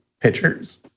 pitchers